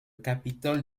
capitole